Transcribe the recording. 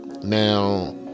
Now